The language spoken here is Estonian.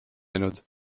läinud